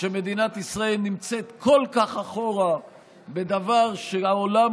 שמדינת ישראל נמצאת כל כך אחורה בדבר שהעולם